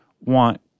want